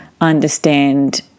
understand